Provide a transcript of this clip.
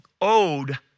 owed